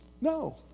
No